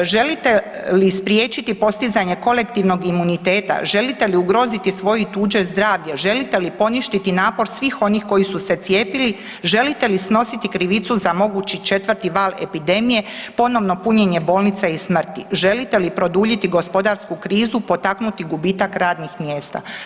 Želite li spriječiti postizanje kolektivnog imuniteta, želite li ugroziti svoje i tuđe zdravlje, želite li poništiti napor svih onih koji su se cijepili, želite li snositi krivicu za mogući četvrti val epidemije, ponovno punjenje bolnica i smrti, želite li produljiti gospodarsku krizu, potaknuti gubitak radnih mjesta.